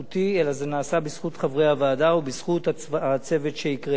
אלא זה נעשה בזכות חברי הוועדה ובזכות הצוות שציינתי עכשיו.